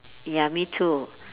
ya me too